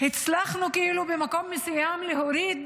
הצלחנו, כאילו, במקום מסוים, להוריד